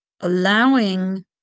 allowing